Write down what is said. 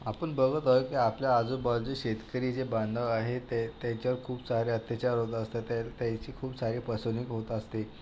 आपण बघत आहोत की आपल्या आजूबाजू शेतकरी जे बांधव आहेत ते त्यांच्या खूप साऱ्या त्याच्या त्यांची खूप साऱ्या पासून होत असते